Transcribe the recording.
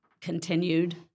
continued